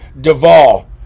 Duvall